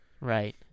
Right